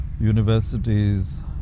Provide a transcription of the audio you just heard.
universities